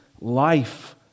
life